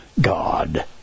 God